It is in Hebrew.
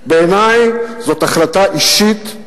בעיני, זאת החלטה אישית,